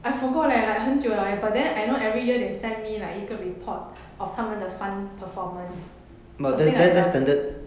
I forgot leh like 很久了 leh but then I know every year they send me like 一个 report of 他们的 fund performance something like that [one]